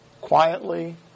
Quietly